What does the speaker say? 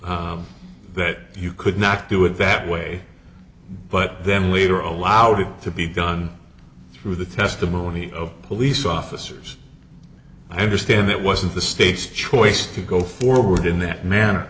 rule that you could not do it that way but them leader allowed it to be done through the testimony of police officers i understand it wasn't the state's choice to go forward in that manner